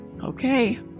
Okay